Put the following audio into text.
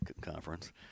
Conference